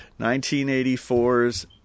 1984's